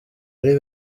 ari